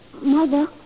Mother